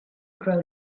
grow